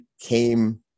came